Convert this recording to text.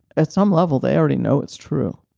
at some level, they already know it's true.